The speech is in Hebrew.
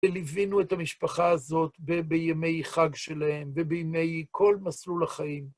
וליווינו את המשפחה הזאת בימי חג שלהם, ובימי כל מסלול החיים.